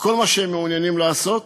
וכל מה שהם מעוניינים לעשות